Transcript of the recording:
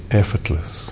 effortless